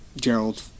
Gerald